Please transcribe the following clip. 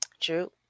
true